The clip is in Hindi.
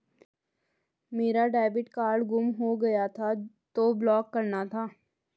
मेरा डेबिट कार्ड गुम हो गया था तो ब्लॉक करना पड़ा